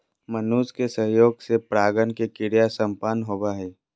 मनुष्य के सहयोग से परागण के क्रिया संपन्न होबो हइ